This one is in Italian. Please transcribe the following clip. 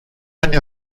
anni